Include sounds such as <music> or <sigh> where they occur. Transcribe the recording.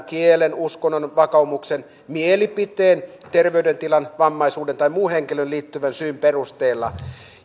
<unintelligible> kielen uskonnon vakaumuksen mielipiteen terveydentilan vammaisuuden tai muun henkilöön liittyvän syyn perusteella